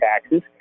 taxes